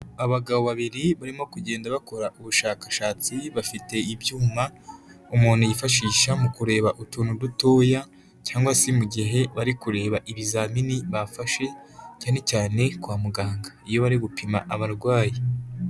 Abagabo babiri barimo kugenda bakora ubushakashatsi bafite ibyuma, umuntu yifashisha mu kureba utuntu dutoya cyangwa se mu gihe bari kureba ibizamini bafashe cyane cyane kwa muganga iyo bari gupima abarwayi.